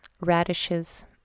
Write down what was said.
radishes